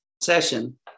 session